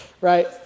right